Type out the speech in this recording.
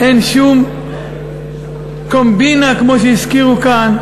אין שום קומבינה, כמו שהזכירו כאן.